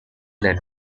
then